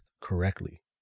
correctly